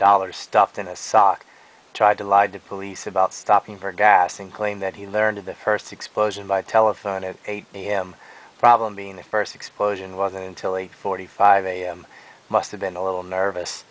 dollars stuffed in a sock tried to lied to police about stopping for gas and claimed that he learned of the first explosion by telephone at eight am problem being the first explosion was until eight forty five a m must have been a little nervous